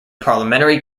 parliamentary